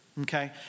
okay